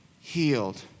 healed